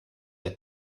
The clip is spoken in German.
der